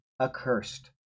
accursed